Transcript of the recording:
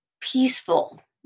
peaceful